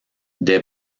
des